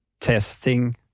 testing